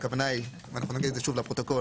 הכוונה היא אנחנו נגיד את זה שוב לפרוטוקול